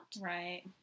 Right